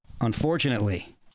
Unfortunately